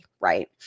right